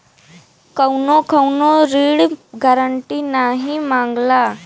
कउनो कउनो ऋण गारन्टी नाही मांगला